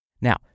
Now